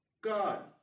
God